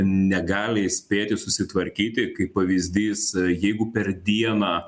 negali spėti susitvarkyti kaip pavyzdys jeigu per dieną